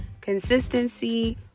consistency